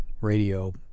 radio